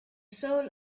soul